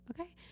Okay